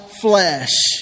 flesh